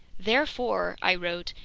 therefore, i wrote,